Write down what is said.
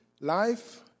life